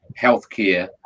healthcare